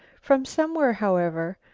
from somewhere, however,